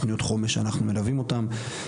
תכניות חומש שאנחנו מלווים אותן.